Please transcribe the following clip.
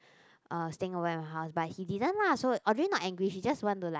uh staying over at my house but he didn't lah so Audrey not angry she want to like